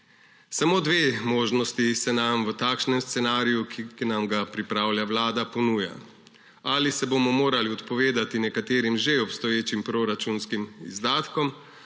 Samo dve možnosti se nam v takšnem scenariju, ki nam ga pripravlja Vlada, ponujata: ali se bomo morali odpovedati nekaterim že obstoječim proračunskim izdatkom